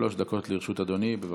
שלוש דקות לרשות אדוני, בבקשה.